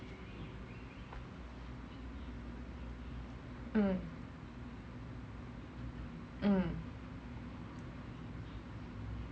mm mm